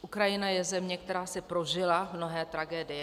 Ukrajina je země, která si prožila mnohé tragédie.